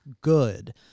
good